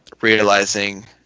realizing